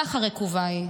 ככה רקובה היא.